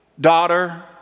daughter